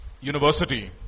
university